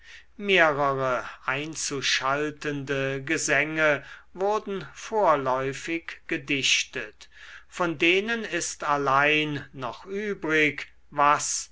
mehrere einzuschaltende gesänge wurden vorläufig gedichtet von denen ist allein noch übrig was